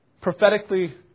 Prophetically